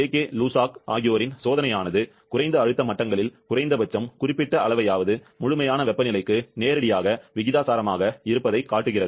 K Lussac ஆகியோரின் சோதனையானது குறைந்த அழுத்த மட்டங்களில் குறைந்தபட்சம் குறிப்பிட்ட அளவையாவது முழுமையான வெப்பநிலைக்கு நேரடியாக விகிதாசாரமாக இருப்பதைக் காட்டுகிறது